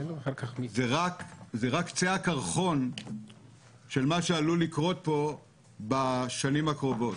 זה רק קצה הקרחון של מה שעלול לקרות פה בשנים הקרובות.